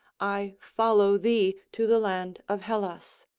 i follow thee to the land of hellas.